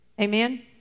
Amen